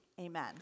Amen